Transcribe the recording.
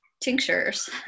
tinctures